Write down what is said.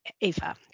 Eva